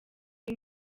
iyo